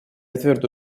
твердо